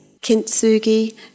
Kintsugi